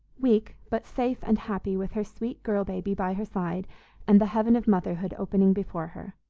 weak, but safe and happy with her sweet girl baby by her side and the heaven of motherhood opening before her.